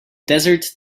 desert